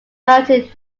married